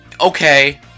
okay